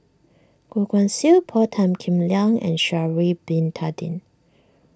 Goh Guan Siew Paul Tan Kim Liang and Sha'ari Bin Tadin